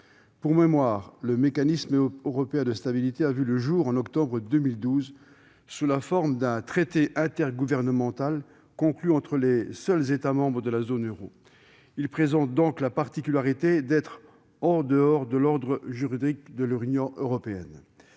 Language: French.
Pour mémoire, le MES a vu le jour en octobre 2012 sous la forme d'un traité intergouvernemental conclu entre les seuls États membres de la zone euro. Il présente donc la particularité d'être en dehors de l'ordre juridique de l'Union européenne.